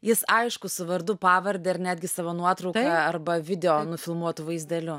jis aišku su vardu pavarde ar netgi savo nuotrauka arba video nufilmuotu vaizdeliu